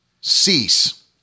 cease